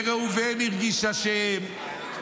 וראובן הרגיש אשם,